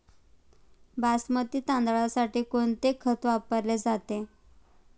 बासमती तांदळासाठी कोणते खत वापरले जाते?